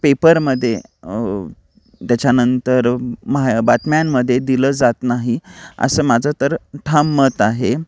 पेपरमध्ये त्याच्यानंतर म्हा बातम्यांमध्ये दिलं जात नाही असं माझं तर ठाम मत आहे